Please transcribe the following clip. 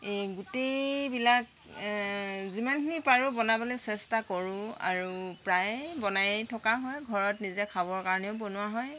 এই গোটেইবিলাক যিমানখিনি পাৰোঁ বনাবলৈ চেষ্টা কৰোঁ আৰু প্ৰায় বনায়েই থকা হয় ঘৰত নিজে খাবৰ কাৰণেও বনোৱা হয়